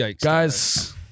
guys